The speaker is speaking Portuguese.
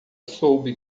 soube